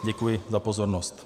Děkuji za pozornost.